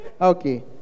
Okay